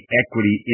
equity